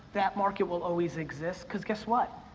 that market will always exist cause guess what?